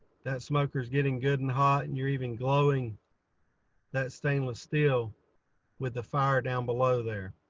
that smokers getting good and hot and you're even glowing that stainless steel with the fire down below there.